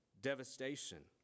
devastation